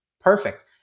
Perfect